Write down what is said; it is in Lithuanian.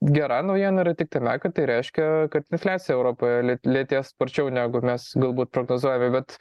gera naujiena yra tik tame kad tai reiškia kad infliacija europoje lė lėtės sparčiau negu mes galbūt prognozuojame bet